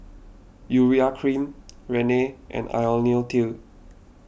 Urea Cream Rene and Ionil T